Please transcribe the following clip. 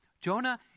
Jonah